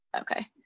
Okay